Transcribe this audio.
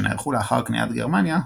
שנערכו לאחר כניעת גרמניה,